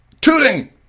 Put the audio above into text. Tooting